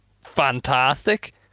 fantastic